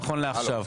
נכון לעכשיו.